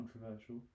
controversial